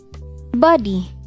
body